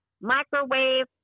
microwave